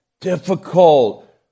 difficult